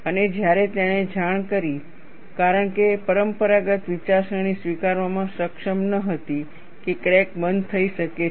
અને જ્યારે તેણે જાણ કરી કારણ કે પરંપરાગત વિચારસરણી સ્વીકારવામાં સક્ષમ ન હતી કે ક્રેક બંધ થઈ શકે છે